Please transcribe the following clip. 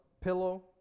pillow